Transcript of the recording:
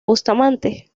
bustamante